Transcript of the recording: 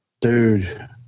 Dude